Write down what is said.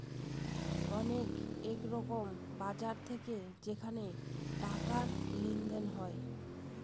অনেক এরকম বাজার থাকে যেখানে টাকার লেনদেন হয়